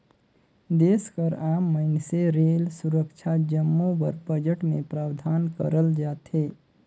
देस कर आम मइनसे रेल, सुरक्छा जम्मो बर बजट में प्रावधान करल जाथे